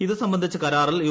ഇത് സംബന്ധിച്ച കരാറിൽ യു